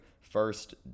first